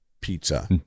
Pizza